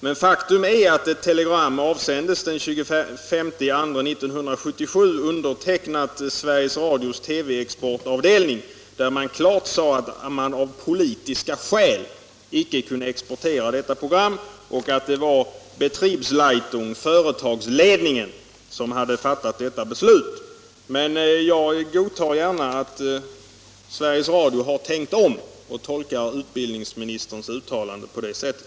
Men faktum är att ett telegram avsändes den 25 februari 1977, undertecknat Sveriges Radios TV-exportavdelning, där man klart sade att man av politiska skäl icke kunde exportera detta program och att det var Betriebsleitung — företagsledningen — som hade fattat detta beslut. Jag godtar emellertid gärna att Sveriges Radio har tänkt om, och jag tolkar utbildningsministerns uttalande på det sättet.